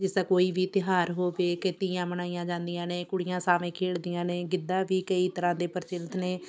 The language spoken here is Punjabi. ਜਿਸ ਤਰ੍ਹਾਂ ਕੋਈ ਵੀ ਤਿਉਹਾਰ ਹੋਵੇ ਕਿ ਤੀਆਂ ਮਨਾਈਆਂ ਜਾਂਦੀਆਂ ਨੇ ਕੁੜੀਆਂ ਸਾਵੇਂ ਖੇਡਦੀਆਂ ਨੇ ਗਿੱਧਾ ਵੀ ਕਈ ਤਰ੍ਹਾਂ ਦੇ ਪ੍ਰਚਲਿਤ ਨੇ